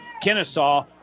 Kennesaw